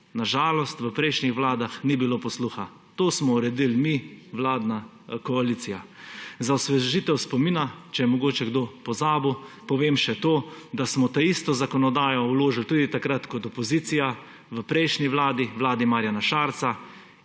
na žalost v prejšnjih vladah ni bilo posluha. To smo uredili mi, vladna koalicija. Za osvežitev spomina, če je mogoče kdo pozabil, povem še to, da smo to isto zakonodajo vložili tudi takrat kot opozicija, v prejšnji vladi – vladi Marjana Šarca.